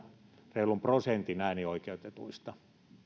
reilun prosentin äänioikeutetuista